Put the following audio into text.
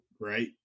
right